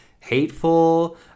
hateful